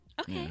Okay